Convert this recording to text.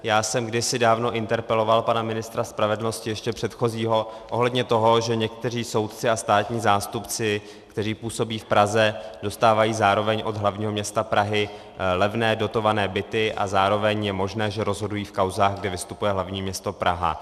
Já jsem kdysi dávno interpeloval pana ministra spravedlnosti ještě předchozího ohledně toho, že někteří soudci a státní zástupci, kteří působí v Praze, dostávají zároveň od hl. města Prahy levné dotované byty, a zároveň je možné, že rozhodují v kauzách, kde vystupuje hl. město Praha.